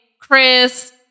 Chris